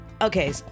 okay